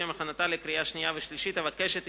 לשם הכנתה לקריאה שנייה וקריאה שלישית.